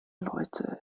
leute